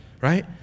right